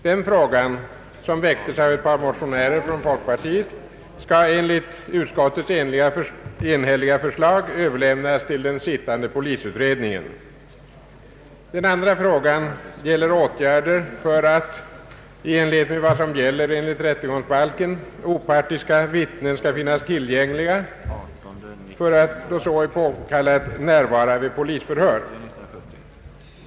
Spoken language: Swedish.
Den frågan, som väcktes av ett par motionärer från folkpartiet, skall enligt utskottets enhälliga förslag överlämnas till den sittande polisutredningen. Den andra frågan avser åtgärder för att, i enlighet med vad som gäller enligt rättegångsbalken, opartiska vittnen skall finnas tillgängliga för att, då det är påkallat, närvara vid polisförhör.